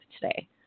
today